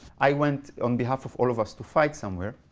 i went on behalf of all of us to fight somewhere.